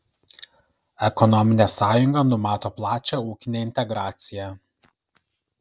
ekonominė sąjunga numato plačią ūkinę integraciją